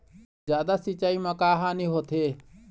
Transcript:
जादा सिचाई म का हानी होथे?